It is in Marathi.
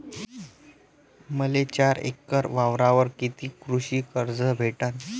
मले चार एकर वावरावर कितीक कृषी कर्ज भेटन?